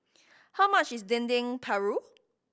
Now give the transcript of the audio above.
how much is Dendeng Paru